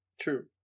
True